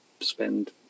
spend